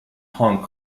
hong